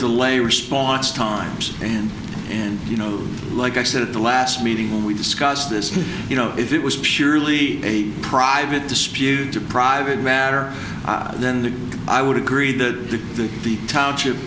delay response times and and you know like i said at the last meeting when we discussed this you know if it was purely a private disputed to private matter then i would agree that the the township